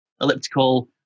elliptical